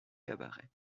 cabaret